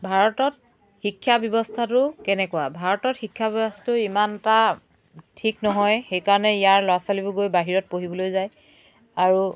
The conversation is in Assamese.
ভাৰতত শিক্ষা ব্যৱস্থাটো কেনেকুৱা ভাৰতত শিক্ষা ব্যৱস্থাটো ইমানটা ঠিক নহয় সেইকাৰণে ইয়াৰ ল'ৰা ছোৱালীবোৰ গৈ বাহিৰত পঢ়িবলৈ যায় আৰু